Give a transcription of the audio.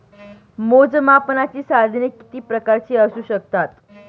मोजमापनाची साधने किती प्रकारची असू शकतात?